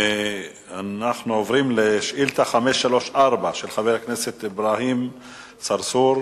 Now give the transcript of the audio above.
אנחנו עוברים לשאילתא 534 של חבר הכנסת אברהים צרצור,